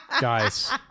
guys